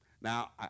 Now